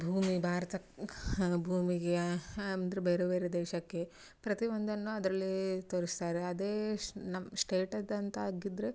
ಭೂಮಿ ಭಾರತಕ್ ಭೂಮಿಗೇ ಅಂದ್ರೆ ಬೇರೆ ಬೇರೆ ದೇಶಕ್ಕೆ ಪ್ರತಿ ಒಂದನ್ನು ಅದರಲ್ಲೀ ತೋರಿಸ್ತಾರೆ ಅದೇ ಶ್ ನಮ್ಮ ಸ್ಟೇಟದ್ ಅಂತ ಆಗಿದ್ರೆ